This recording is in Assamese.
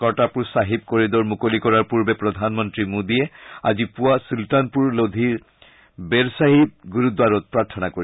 কৰ্টাৰপুৰ চাহিব কৰিডৰ মুকলি কৰাৰ পূৰ্বে প্ৰধানমন্ত্ৰী মোদীয়ে আজি পুৱা চূলতানপুৰ লোধীৰ বেৰচাহিব গুৰুদ্বাৰত প্ৰাৰ্থনা কৰিব